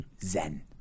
Zen